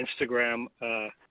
Instagram